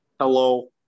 Hello